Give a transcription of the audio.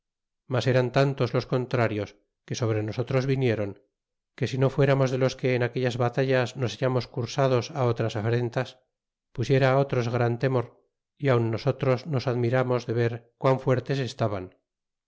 mas eran tantos los contrarios que sobre nosotros vinieron que si no fuéramos de los que en aquellas batallas nos hallamos cursados a otras afrentas pusiera otros gran temor y aun nosotros nos admiramos de ver quán fuertes estaban